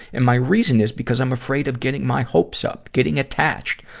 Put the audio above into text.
and my reason is because i'm afraid of getting my hopes up, getting attached.